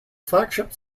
flagship